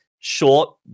short